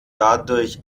dadurch